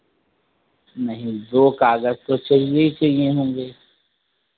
नहीं दो काग़ज तो चाहिए ही चाहिए होंगे